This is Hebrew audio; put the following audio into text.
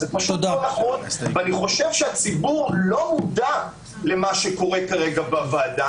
זה פשוט לא נכון ואני חושב שהציבור לא מודע למה שקורה כרגע בוועדה.